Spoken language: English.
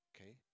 Okay